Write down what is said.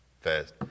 fast